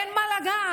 אין מה לגעת,